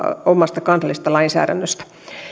omasta kansallisesta lainsäädännöstä